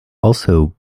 also